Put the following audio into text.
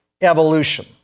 evolution